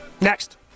Next